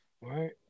Right